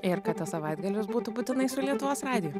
ir kad tas savaitgalis būtų būtinai su lietuvos radiju